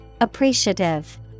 Appreciative